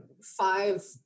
five